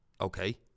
Okay